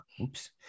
oops